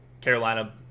Carolina